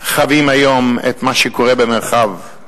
חווים היום את מה שקורה במרחב,